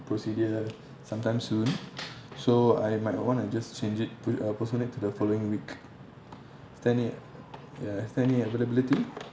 procedure sometime soon so I might want to just change it pr~ uh postpone it to the following week is there any ya is there any availability